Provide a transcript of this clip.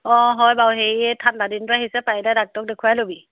অঁ হয় বাৰু সেই এই ঠাণ্ডা দিনটো আহিছে পাৰিলে ডাক্তৰক দেখুৱাই ল'বি